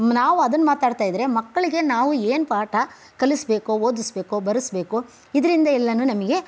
ನಾವು ಅದನ್ನ ಮಾತಾಡ್ತಾಯಿದ್ದರೆ ಮಕ್ಕಳಿಗೆ ನಾವು ಏನು ಪಾಠ ಕಲಿಸಬೇಕು ಓದಿಸಬೇಕು ಬರೆಸಬೇಕು ಇದರಿಂದ ಎಲ್ಲವೂ ನಮಗೆ